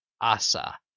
Asa